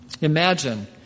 Imagine